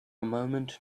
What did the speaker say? moment